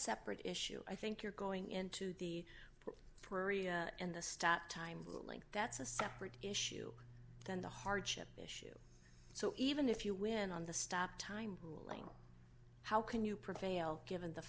separate issue i think you're going into the prairie and the stat time like that's a separate issue than the hardship issue so even if you win on the stop time like how can you provide a l given the